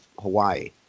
Hawaii